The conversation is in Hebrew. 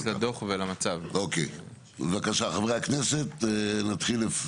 בבקשה, חברי הכנסת, נתחיל.